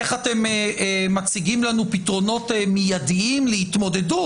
איך אתם מציגים לנו פתרונות מידיים להתמודדות